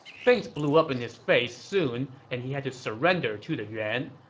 things blew up in his face soon and he had to surrender to the yuan.